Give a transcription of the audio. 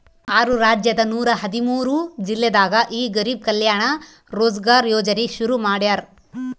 ಆರು ರಾಜ್ಯದ ನೂರ ಹದಿಮೂರು ಜಿಲ್ಲೆದಾಗ ಈ ಗರಿಬ್ ಕಲ್ಯಾಣ ರೋಜ್ಗರ್ ಯೋಜನೆ ಶುರು ಮಾಡ್ಯಾರ್